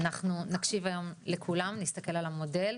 אנחנו נקשיב היום לכולם, נסתכל על המודל,